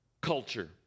culture